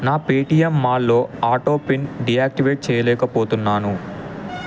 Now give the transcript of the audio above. నా పేటిఎం మాల్లో auto pin deactivate చేయలేకపోతున్నాను